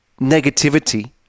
negativity